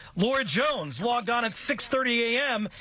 laura jones logged on at six thirty a m.